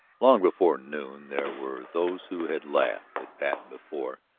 long before noon there were those who had laughed at patten before,